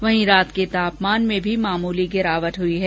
वहीं रात के तापमान में भी मामूली गिरावट दर्ज की गई है